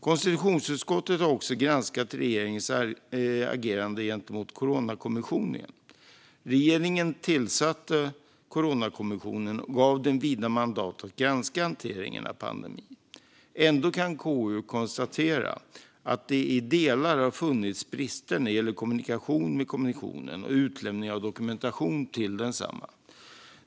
Konstitutionsutskottet har också granskat regeringens agerande gentemot Coronakommissionen. Regeringen tillsatte Coronakommissionen och gav den vida mandat att granska hanteringen av pandemin. Ändå kan KU konstatera att det i delar har funnits brister när det gäller kommunikation med kommissionen och utlämning av dokumentation till densamma.